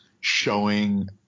showing